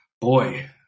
Boy